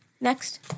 next